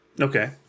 Okay